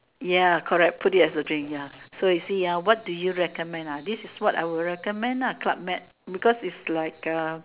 ya correct put it as a drink ya so you see ah what do you recommend ah this is what I would recommend ah club med because is like a